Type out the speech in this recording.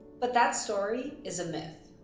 but that story is a myth.